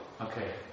Okay